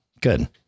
good